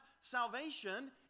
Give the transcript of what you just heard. salvation